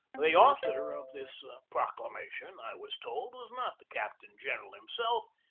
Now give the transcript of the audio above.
the author of this proclamation, i was told, was not the captain-general himself,